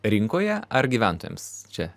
rinkoje ar gyventojams čia